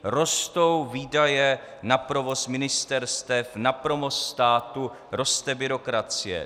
Rostou výdaje na provoz ministerstev, na provoz státu, roste byrokracie.